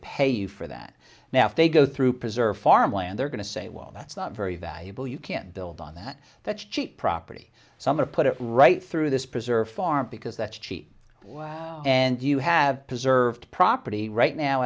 pay you for that now if they go through preserve farm land they're going to say well that's not very valuable you can't build on that that's cheap property some are put it right through this preserve farm because that's cheap and you have preserved property right now